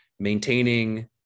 maintaining